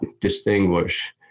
distinguish